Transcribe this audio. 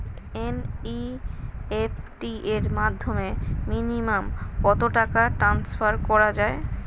NEFT র মাধ্যমে minimum কত টাকা ট্রান্সফার করা যায়?